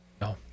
no